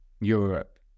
Europe